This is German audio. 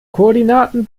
koordinaten